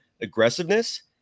aggressiveness